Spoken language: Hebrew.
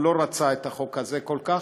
לא רצה את החוק הזה כל כך,